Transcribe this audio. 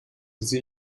sie